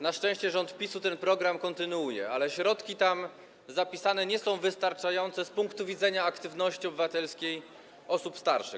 Na szczęście rząd PiS-u ten program kontynuuje, ale środki tam zapisane nie są wystarczające z punktu widzenia aktywności obywatelskiej osób starszych.